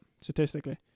statistically